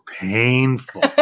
painful